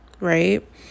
right